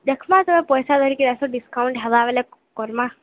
ଦେଖ୍ବା ସେ ପଇସା ଧରିକି ଆସ ଡିସକାଉଣ୍ଟ୍ ହେବା ବେଲେ କର୍ମା